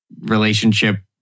relationship